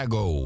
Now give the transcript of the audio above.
go